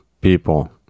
people